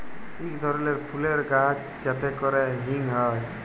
ইক ধরলের ফুলের গাহাচ যাতে ক্যরে হিং হ্যয়